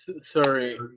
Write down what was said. Sorry